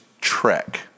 Trek